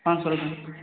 ஆ சொல்லுங்கள்